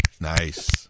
nice